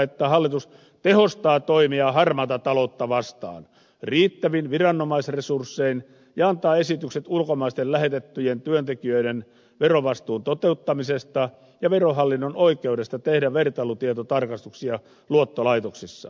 että hallitus tehostaa toimia harmaata taloutta vastaan riittävin viranomaisresurssein ja antaa esitykset ulkomaisten lähetettyjen työntekijöiden verovastuun toteuttamisesta ja verohallinnon oikeudesta tehdä vertailutietotarkastuksia luottolaitoksissa